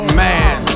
man